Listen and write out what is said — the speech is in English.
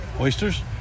Oysters